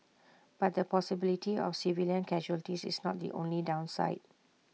but the possibility of civilian casualties is not the only downside